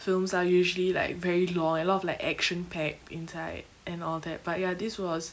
films are usually like very law and a lot of like action-packed inside and all that but ya this was